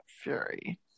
fury